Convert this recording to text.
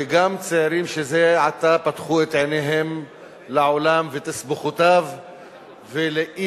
וגם צעירים שזה עתה פתחו את עיניהם לעולם ותסבוכותיו ולאי-הצדק